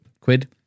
Quid